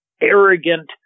arrogant